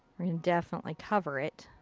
we're gonna definitely cover it.